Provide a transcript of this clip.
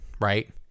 right